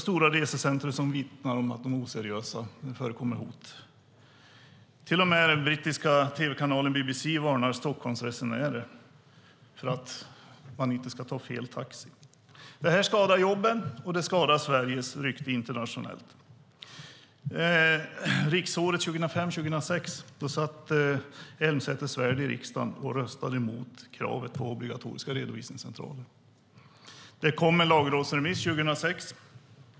Stora resecentrum vittnar om att de är oseriösa och att det förekommer hot. Till och med den brittiska tv-kanalen BBC varnar Stockholmsresenärer för att ta fel taxi. Detta skadar jobben och skadar Sveriges rykte internationellt. Riksmötet 2005/06 satt Elmsäter-Svärd i riksdagen och röstade emot kravet på obligatoriska redovisningscentraler. Det kom en lagrådsremiss 2006.